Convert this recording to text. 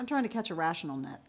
i'm trying to catch a rational n